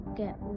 get